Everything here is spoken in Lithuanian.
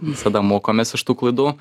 visada mokomės iš tų klaidų